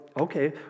okay